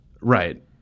Right